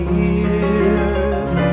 years